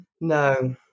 no